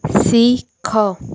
ଶିଖ